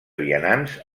vianants